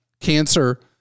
Cancer